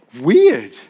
weird